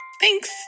Thanks